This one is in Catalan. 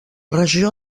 regió